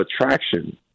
attraction